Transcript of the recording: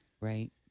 Right